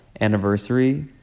anniversary